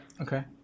okay